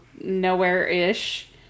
nowhere-ish